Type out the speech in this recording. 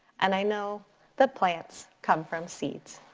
and i know that plants come from seeds.